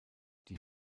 die